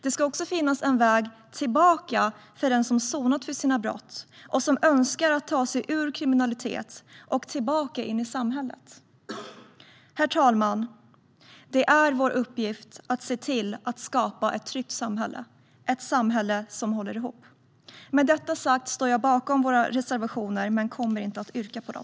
Det ska också finnas en väg tillbaka för den som har sonat sina brott och som önskar ta sig ur kriminaliteten och tillbaka in i samhället. Herr talman! Det är vår uppgift att skapa ett tryggt samhälle, ett samhälle som håller ihop. Jag står bakom våra reservationer men yrkar inte bifall till dem.